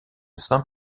saint